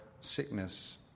sickness